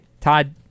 Todd